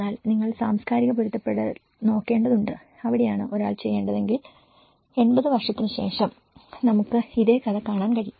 എന്നാൽ നിങ്ങൾ സാംസ്കാരിക പൊരുത്തപ്പെടുത്തൽ നോക്കേണ്ടതുണ്ട് അവിടെയാണ് ഒരാൾ ചെയ്യേണ്ടതെങ്കിൽ 80 വർഷത്തിന് ശേഷം നമുക്ക് ഇതേ കഥ കാണാൻ കഴിയും